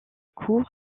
cour